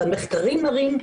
והמחקרים מראים,